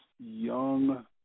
young